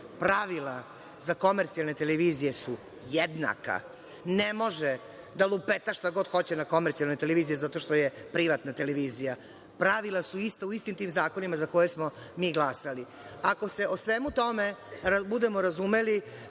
Pravila za komercijalne televizije su jednaka. Ne može da lupeta šta god hoće na komercijalnoj televiziji zato što je privatna televizija. Pravila su ista u istim tim zakonima za koje smo mi glasali. Ako se u svemu tome budemo razumeli,